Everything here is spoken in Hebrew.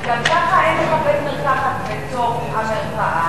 גם ככה אין לך בית-מרקחת בתוך המרפאה.